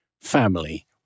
family